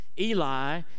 Eli